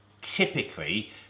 typically